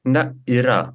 na yra